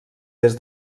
des